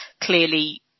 clearly